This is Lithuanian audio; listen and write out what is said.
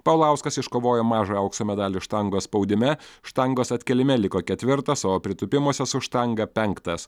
paulauskas iškovojo mažą aukso medalį štangos spaudime štangos atkėlime liko ketvirtas o pritūpimuose su štanga penktas